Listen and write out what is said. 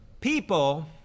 People